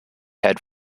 had